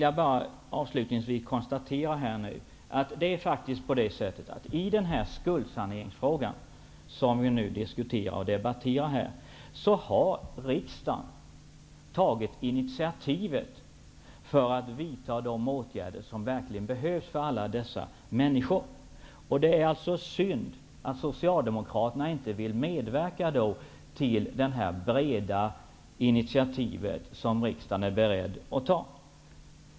Jag konstaterar att riksdagen i skuldsaneringsfrågan har tagit initiativ för att man skall kunna vidta de åtgärder som verkligen behövs för att hjälpa alla dessa människor. Det är synd att Socialdemokraterna inte vill medverka i det breda initiativ som riksdagen är beredd att ta.